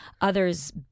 others